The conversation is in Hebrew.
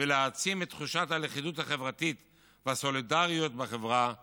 ולהעצים את תחושת הלכידות החברתית והסולידריות בחברה הישראלית.